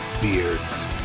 Beards